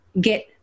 get